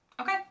Okay